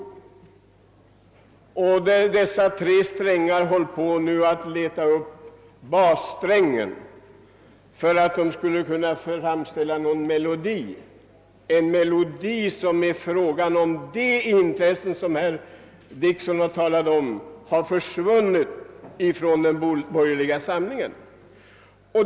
Nu håller dessa tre strängar på att leta upp bassträngen för att kunna framställa någon melodi — en melodi som i fråga om de tongångar som herr Dickson anslog har tystnat inom den borgerliga samlingen.